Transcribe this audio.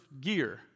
gear